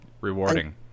rewarding